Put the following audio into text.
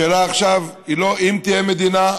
השאלה עכשיו היא לא אם תהיה כאן מדינה,